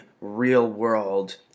real-world